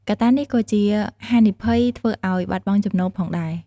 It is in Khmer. កត្តានេះក៏ជាហានិភ័យធ្វើឱ្យបាត់បង់ចំណូលផងដែរ។